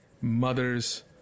mother's